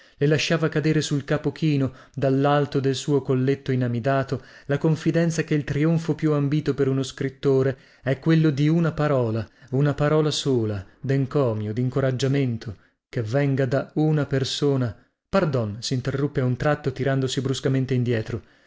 le lasciava cadere sul capo chino dallalto del suo colletto inamidato la confidenza che il trionfo più ambito per uno scrittore è quello di una parola una parola sola dencomio dincoraggiamento che venga da una persona pardon sinterruppe a un tratto tirandosi bruscamente indietro